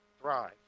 Thrive